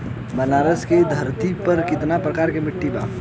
बनारस की धरती पर कितना प्रकार के मिट्टी बा?